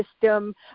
system